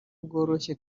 bworoshye